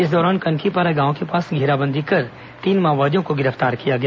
इस दौरान कनकीपारा गांव के पास घेराबंदी कर तीन माओवादियों को गिरफ्तार किया गया